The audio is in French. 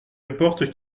importe